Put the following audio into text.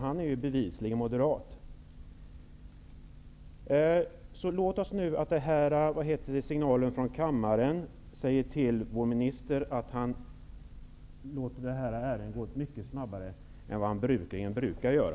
Han är ju bevisligen moderat. Låt oss nu ge signaler från denna kammare till vår minister att han låter detta ärende gå mycket snabbare än vad han brukar göra.